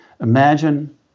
Imagine